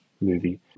movie